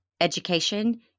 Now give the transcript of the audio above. Education